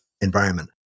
environment